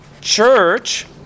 church